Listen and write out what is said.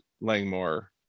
Langmore